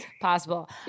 possible